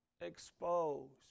exposed